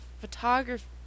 photography